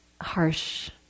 harsh